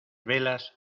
velas